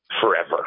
forever